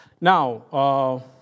Now